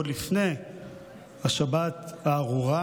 ועוד לפני השבת הארורה